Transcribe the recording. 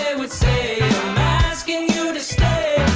and would say i'm asking you to stay